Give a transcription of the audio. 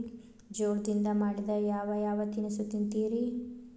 ಜೋಳದಿಂದ ಮಾಡಿದ ಯಾವ್ ಯಾವ್ ತಿನಸು ತಿಂತಿರಿ?